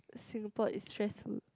Singapore is stressful